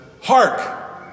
Hark